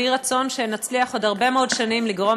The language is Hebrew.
ויהי רצון שנצליח עוד הרבה מאוד שנים לגרום